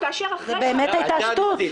זו באמת הייתה שטות.